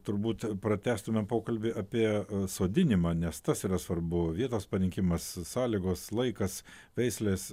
turbūt pratęstumėm pokalbį apie sodinimą nes tas yra svarbu vietos parinkimas sąlygos laikas veislės